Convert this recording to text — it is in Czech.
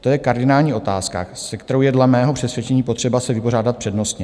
To je kardinální otázka, se kterou je dle mého přesvědčení potřeba se vypořádat přednostně.